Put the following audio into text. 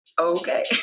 Okay